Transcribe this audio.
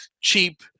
cheap